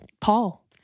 Paul